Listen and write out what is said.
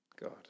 God